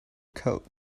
coat